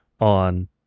on